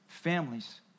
Families